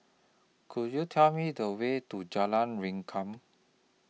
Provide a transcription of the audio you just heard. Could YOU Tell Me The Way to Jalan Rengkam